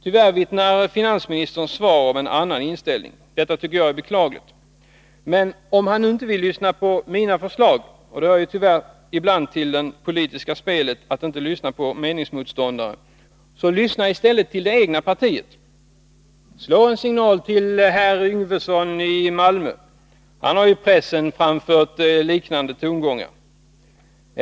Tyvärr vittnar finansministerns svar om en annan inställning. Detta tycker jag är beklagligt. Men om han nu inte vill lyssna på mina förslag — och det hör ju tyvärr ibland till det politiska spelet att inte lyssna på meningsmotståndare — så lyssna i stället på det egna partiet! Slå en signal till herr Yngvesson i Malmö — han har i pressen framfört liknande tongångar.